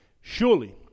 surely